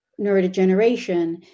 neurodegeneration